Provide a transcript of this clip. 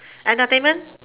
entertainment